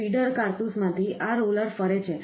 feeder કારતૂસમાંથી આ roller ફરે છે